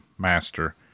Master